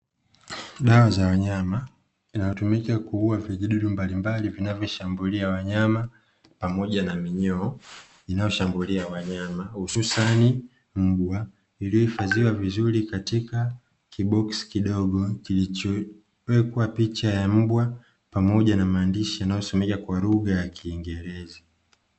Dawa za wanyama inayotumika kuua vijidudu mbalimbali vinavyoshambulia wanyama pamoja na minyoo, inayoshambulia wanyama hususani mbwa iliyohifadhiwa vizuri katika kiboksi kidogo, kilichowekwa picha ya mbwa pamoja na maandishi yanayosomeka kwa lugha ya kiingereza.